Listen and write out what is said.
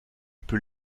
peux